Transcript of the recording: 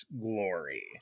Glory